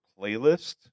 playlist